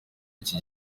iki